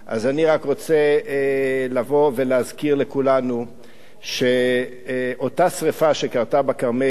אני רק רוצה לבוא ולהזכיר לכולנו שאותה שרפה שקרתה בכרמל,